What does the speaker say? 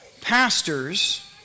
pastors